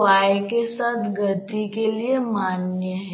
वही निकलता है